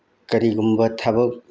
ꯀꯔꯤꯒꯨꯝꯕ ꯊꯕꯛ